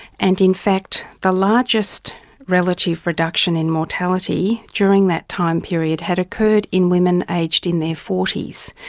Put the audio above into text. and in fact the largest relative reduction in mortality during that time period had occurred in women aged in their forty s.